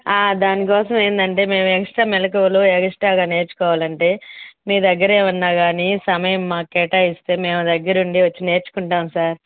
దాని కోసం ఏంటంటే మేము ఎక్స్ట్రా మెళకువలు ఎక్స్ట్రాగా నేర్చుకోవాలంటే మీ దగ్గర ఏమన్న కానీ సమయం మాకు కేటాయిస్తే మేము దగ్గర నుండి వచ్చి నేర్చుకుంటాం సార్